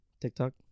TikTok